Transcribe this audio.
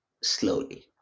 slowly